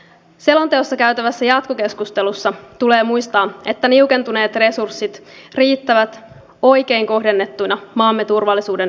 selonteosta käytävässä jatkokeskustelussa tulee muistaa että niukentuneet resurssit riittävät oikein kohdennettuina maamme turvallisuuden ylläpitämiseen